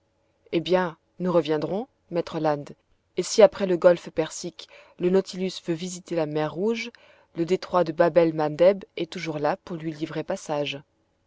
eh bien nous reviendrons maître land et si après le golfe persique le nautilus veut visiter la mer rouge le détroit de babel mandeb est toujours là pour lui livrer passage